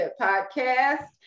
podcast